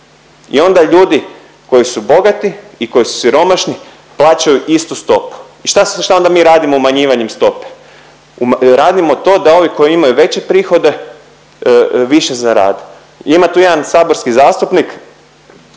I onda ljudi koji su bogati i koji su siromašni plaćaju istu stopu. I šta onda mi radimo umanjivanjem stope? Radimo to da ovi koji imaju veće prihode više zarade. Ima tu jedan saborski zastupnik